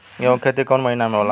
गेहूं के खेती कौन महीना में होला?